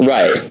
Right